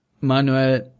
Manuel